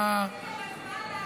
אולי זה גם הזמן,